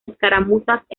escaramuzas